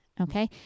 Okay